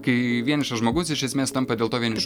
kai vienišas žmogus iš esmės tampa dėl to vienišu